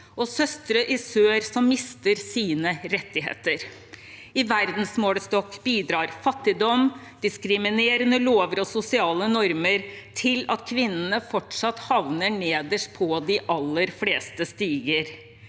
og søstre i sør som mister sine rettigheter. I verdensmålestokk bidrar fattigdom, diskriminerende lover og sosiale normer til at kvinnene fortsatt havner nederst på de aller fleste stiger.